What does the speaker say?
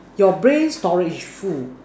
your brain storage full